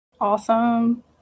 Awesome